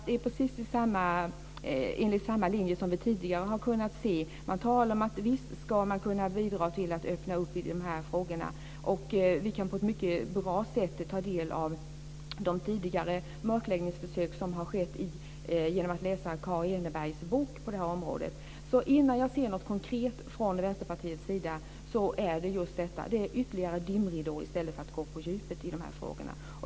Det följer samma linje som vi har kunnat se tidigare. Man talar om att man ska kunna bidra till att öppna upp i de här frågorna. Vi kan på ett mycket bra sätt ta del av tidigare mörkläggningsförsök genom att läsa Kaa Enebergs bok. Innan jag ser något konkret från Vänsterpartiet vill jag säga att det vi ser är ytterligare dimridåer, i stället för att man går på djupet i frågorna.